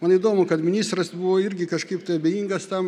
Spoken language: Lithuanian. man įdomu kad ministras buvo irgi kažkaip tai abejingas tam